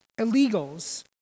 illegals